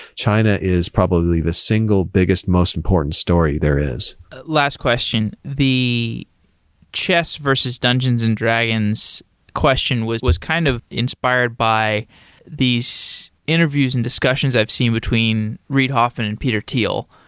china is probably the single biggest most important story there is. last question, the chess versus dungeons and dragons question was was kind of inspired by these interviews and discussions i've seen between reid hoffman and peter thiel,